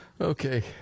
Okay